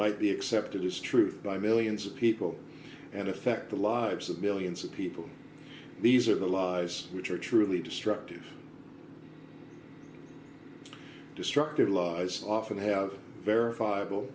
might be accepted as truth by millions of people and affect the lives of millions of people these are the lies which are truly destructive destructive lies often have verifiable